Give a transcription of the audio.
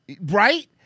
right